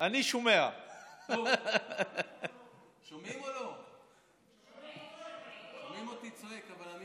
משרד הבריאות רואה חשיבות רבה בבדיקות סקר לגילוי מוקדם של סרטן בכלל,